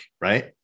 right